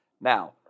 Now